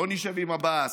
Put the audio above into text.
לא נשב עם עבאס,